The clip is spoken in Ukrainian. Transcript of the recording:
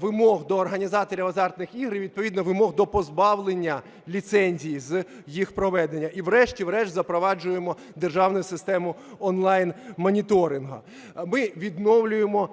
вимог до організаторів азартних ігор і відповідно вимог до позбавлення ліцензій з їх проведення, і врешті-решт запроваджуємо державну систему онлайн моніторингу. Ми відновлюємо звітність